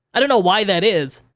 i don't know why that is,